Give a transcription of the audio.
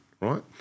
right